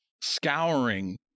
scouring